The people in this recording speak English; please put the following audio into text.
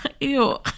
Ew